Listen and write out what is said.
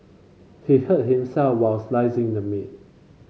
he hurt himself while slicing the meat